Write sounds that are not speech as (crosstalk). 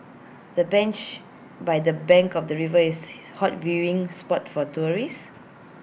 the bench by the bank of the river is (noise) A hot viewing spot for tourists